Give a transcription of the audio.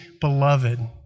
beloved